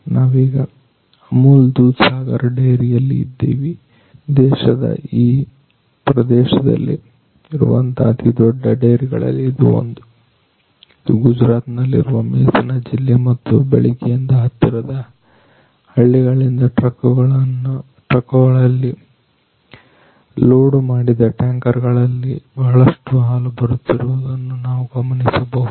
ನಾವೀಗ ಅಮೂಲ್ ದೂದ್ ಸಾಗರ್ ಡೈರಿಯಲ್ಲಿ ಇದ್ದೀವಿ ದೇಶದ ಈ ಪ್ರದೇಶದಲ್ಲಿ ಇರುವಂತಹ ಅತಿದೊಡ್ಡ ಡೈರಿಗಳಲ್ಲಿ ಇದು ಒಂದು ಇದು ಗುಜರಾತ್ ನಲ್ಲಿರುವ ಮೇಸನ ಜಿಲ್ಲೆ ಮತ್ತು ಬೆಳಗ್ಗೆಯಿಂದ ಹತ್ತಿರದ ಹಳ್ಳಿಗಳಿಂದ ಟ್ರಕ್ಕುಗಳಲ್ಲಿ ನೋಡು ಮಾಡಿದ ಟ್ಯಾಂಕರ್ ಗಳಲ್ಲಿ ಬಹಳಷ್ಟು ಹಾಲು ಬರುತ್ತಿರುವುದನ್ನು ನಾವು ಗಮನಿಸಬಹುದು